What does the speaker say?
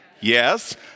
Yes